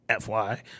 FY